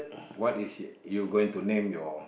what is it you going to name your